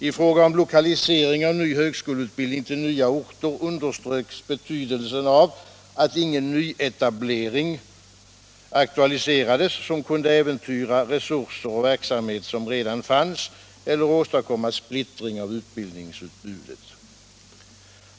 I fråga om lokalisering av ny högskoleutbildning till nya orter underströks betydelsen av att ingen nyetablering aktualiserades som kunde äventyra resurser och verksamhet som redan fanns eller åstadkomma splittring av utbildningsutbudet.